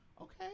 okay